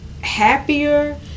happier